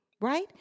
right